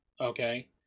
okay